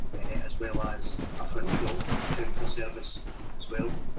as well as a front shop counter service as well.